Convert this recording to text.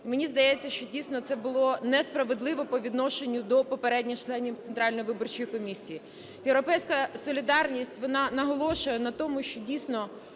мені здається, що дійсно це було несправедливо по відношенню до попередніх членів Центральної виборчої комісії. "Європейська солідарність", вона наголошує на тому, що дійсно